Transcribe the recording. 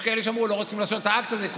יש כאלה שאמרו שהם לא רוצים לעשות את האקט הזה,